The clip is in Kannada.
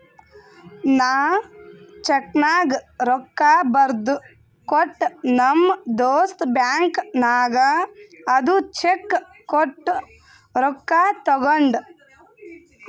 ನಾ ಚೆಕ್ನಾಗ್ ರೊಕ್ಕಾ ಬರ್ದು ಕೊಟ್ಟ ನಮ್ ದೋಸ್ತ ಬ್ಯಾಂಕ್ ನಾಗ್ ಅದು ಚೆಕ್ ಕೊಟ್ಟು ರೊಕ್ಕಾ ತಗೊಂಡ್